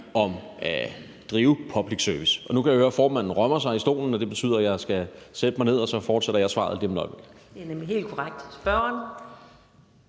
om at drive public service. Nu kan jeg høre, at formanden rømmer sig i stolen, og det betyder, at jeg skal sætte mig ned, og så fortsætter jeg svaret lige om et øjeblik.